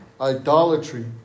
Idolatry